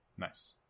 nice